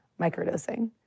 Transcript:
microdosing